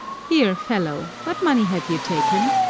here, fellow, what money have you taken?